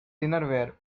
dinnerware